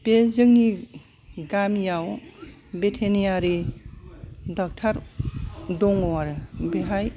बे जोंनि गामियाव भेटेनियारि डाक्टार दङ आरो बेहाय